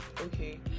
okay